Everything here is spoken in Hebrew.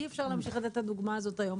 אי אפשר להמשיך לתת את הדוגמה הזאת היום.